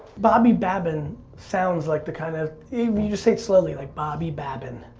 bobby babbin sounds like the kind of if you say it slowly like bobby babbin.